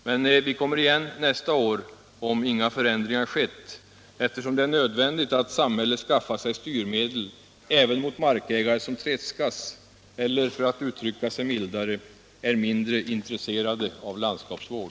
Men vi kommer igen nästa år, om inga förändringar skett, eftersom det är nödvändigt att samhället skaffar sig styrmedel även mot markägare som tredskas eller — för att uttrycka sig mildare —- är mindre intresserade av landskapsvård.